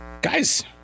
Guys